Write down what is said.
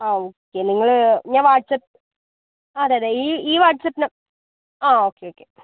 ആ ഓക്കെ നിങ്ങൾ ഞാൻ വാട്സ്ആപ്പ് അതെ അതെ ഈ ഈ വാട്സ്ആപ്പ് നമ് ആ ഓക്കെ ഓക്കെ